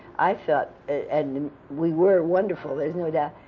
i felt and we were wonderful, there's no doubt,